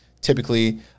Typically